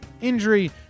injury